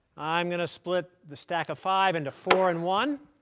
i'm going to split the stack of five into four and one.